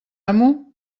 amo